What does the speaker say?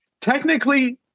Technically